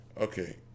okay